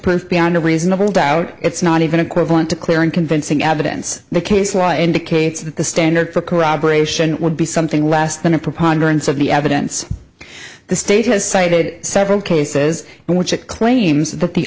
proof beyond a reasonable doubt it's not even equivalent to clear and convincing evidence the case law indicates that the standard for corroboration would be something less than a preponderance of the evidence the state has cited several cases in which it claims that the